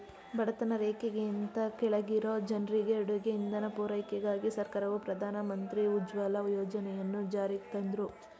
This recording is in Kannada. ಬಡತನ ರೇಖೆಗಿಂತ ಕೆಳಗಿರೊ ಜನ್ರಿಗೆ ಅಡುಗೆ ಇಂಧನ ಪೂರೈಕೆಗಾಗಿ ಸರ್ಕಾರವು ಪ್ರಧಾನ ಮಂತ್ರಿ ಉಜ್ವಲ ಯೋಜನೆಯನ್ನು ಜಾರಿಗ್ತಂದ್ರು